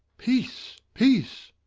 peace, peace,